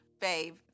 Babe